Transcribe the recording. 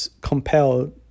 compelled